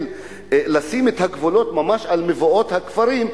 לשים את הגבולות ממש על מבואות הכפרים,